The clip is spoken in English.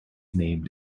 named